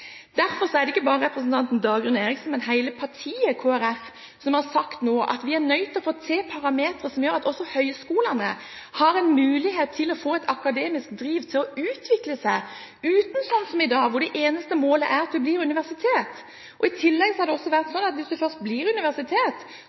Derfor er det ikke bare representanten Dagrun Eriksen, men hele partiet Kristelig Folkeparti som har sagt nå at vi er nødt til å få til parametere som gjør at også høyskolene har en mulighet til å få et akademisk driv til å utvikle seg, uten – sånn som i dag – at det eneste målet er at det blir universitet. I tillegg har det også vært sånn at hvis det først blir universitet,